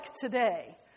today